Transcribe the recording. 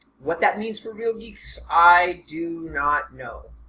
what that means for real geeks i do not know.